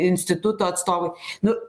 instituto atstovai nu